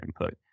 input